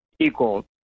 equal